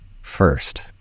first